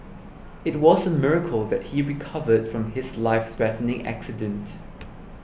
it was a miracle that he recovered from his lifethreatening accident